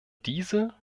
diese